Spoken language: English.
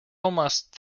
almost